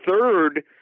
third